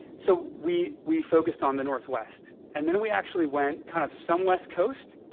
so we we focused on the northwest. and then, we actually went kind of some west coast.